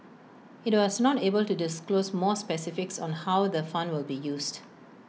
IT was not able to disclose more specifics on how the fund will be used